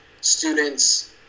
student's